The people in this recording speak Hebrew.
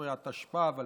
13) התשפ"ב 2022,